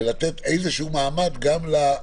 ולתת איזשהו מעמד גם ל ---?